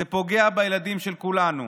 זה פוגע בילדים של כולנו.